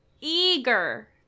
eager